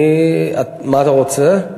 מה אתה רוצה?